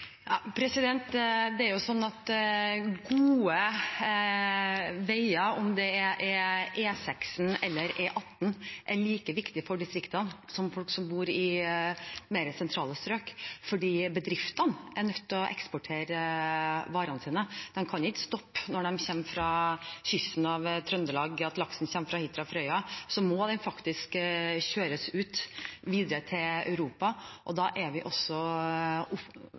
Gode veier, om det er E6 eller E18, er like viktig for distriktene som for folk som bor i mer sentrale strøk, for bedriftene er nødt til å eksportere varene sine. De kan ikke stoppe når de kommer fra kysten av Trøndelag med laks fra Hitra og Frøya. Den må faktisk kjøres ut videre til Europa, og da er vi